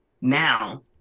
now